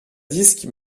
disques